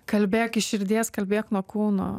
kalbėk iš širdies kalbėk nuo kūno